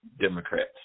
Democrats